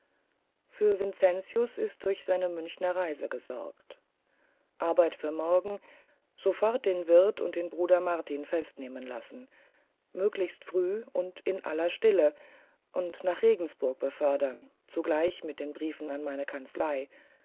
für vincentius ist durch seine münchener reise gesorgt arbeit für morgen sofort den wirt und den bruder martin festnehmen lassen möglichst früh und in aller stille und nach regensburg befördern zugleich mit den briefen an meine kanzlei